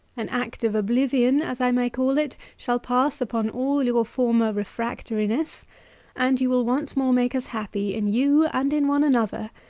an act of oblivion, as i may call it, shall pass upon all your former refractoriness and you will once more make us happy in you, and in one another.